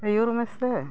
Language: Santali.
ᱟᱹᱭᱩᱨ ᱢᱮᱥᱮ